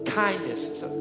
kindness